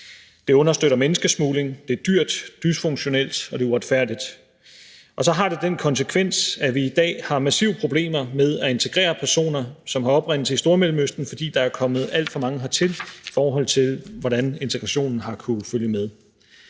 Det understøtter menneskesmugling, det er dyrt, dysfunktionelt, og det er uretfærdigt, og så har det den konsekvens, at vi i dag har massive problemer med at integrere personer, som har oprindelse i Stormellemøsten, fordi der er kommet alt for mange hertil, i forhold til hvordan integrationen har kunnet følge med.